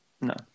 No